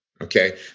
Okay